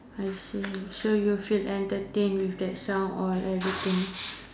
I see so you feel entertained with that sound or everything